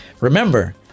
remember